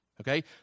Okay